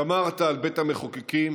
שמרת על בית המחוקקים,